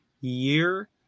year